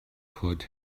put